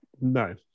No